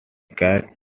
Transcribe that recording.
cat